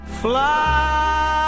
Fly